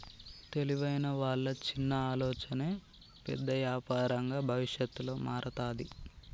తెలివైన వాళ్ళ చిన్న ఆలోచనే పెద్ద యాపారంగా భవిష్యత్తులో మారతాది